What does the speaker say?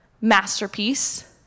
masterpiece